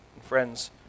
Friends